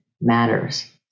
matters